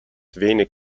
wenig